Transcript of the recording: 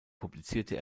publizierte